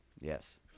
yes